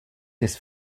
des